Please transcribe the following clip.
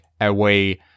away